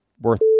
worth